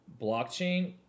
Blockchain